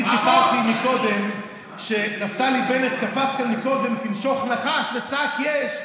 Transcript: אני סיפרתי קודם שנפתלי בנט קפץ כאן מקודם כנשוך נחש וצעק: יש,